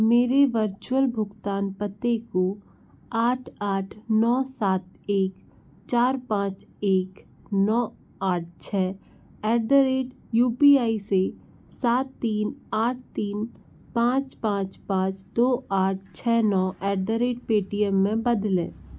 मेरे वर्चुअल भुगतान पते को आठ आठ नौ सात एक चार पाँच एक नौ आठ छः at the rate U P I से सात तीन आठ तीन पाँच पाँच पाँच दो आठ छः नौ एट द रेट पेटीएम में बदलें